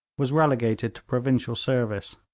was relegated to provincial service.